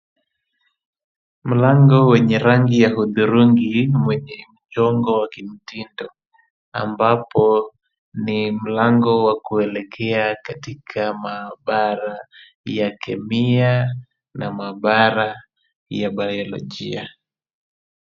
Mlango wenye rangi ya hudhurungi wenye mchongo wa kimtindo, ambapo ni mlango wa kuelekea katika maabara ya Kemia na maabara ya Bayolojia.